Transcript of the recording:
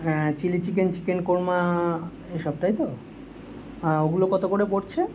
হ্যাঁ chilli chicken chicken korma এসব তাই তো ওগুলো কতো করে পড়ছে